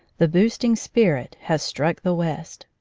the boosting spirit has struck the west.